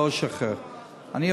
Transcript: לא לשחרר.